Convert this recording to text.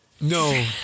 No